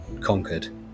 conquered